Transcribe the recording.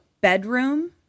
bedroom